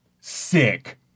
Sick